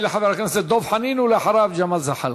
יעלה חבר הכנסת דב חנין, ואחריו, ג'מאל זחאלקה.